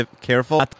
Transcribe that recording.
careful